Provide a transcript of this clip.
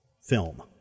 film